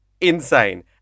Insane